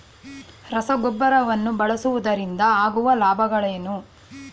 ರಸಗೊಬ್ಬರವನ್ನು ಬಳಸುವುದರಿಂದ ಆಗುವ ಲಾಭಗಳೇನು?